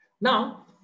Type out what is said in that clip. now